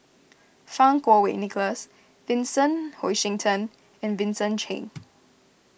Fang Kuo Wei Nicholas Vincent Hoisington and Vincent Cheng